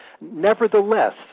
nevertheless